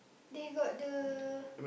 they got the